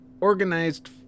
organized